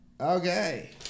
Okay